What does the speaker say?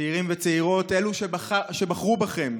צעירים וצעירות, אלו שבחרו בכם,